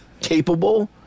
Capable